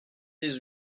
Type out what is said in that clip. dix